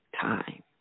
time